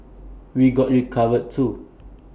we got you covered too